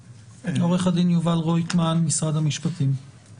עורך הדין יובל רויטמן, משרד המשפטים, בבקשה.